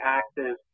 active